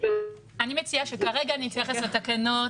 --- אני מציעה שכרגע נתייחס לתקנות